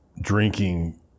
drinking